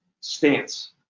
stance